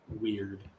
weird